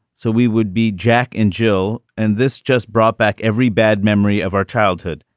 so we would be jack and jill and this just brought back every bad memory of our childhood.